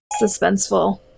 suspenseful